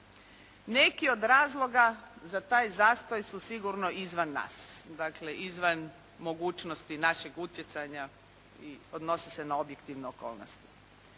Neki od razloga za taj zastoj su sigurno izvan nas. Dakle izvan mogućnosti našeg utjecanja i odnosi se na objektivne okolnosti.